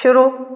शुरू